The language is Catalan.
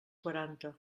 quaranta